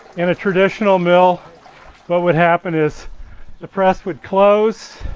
in a traditional mill what would happen is the press would close,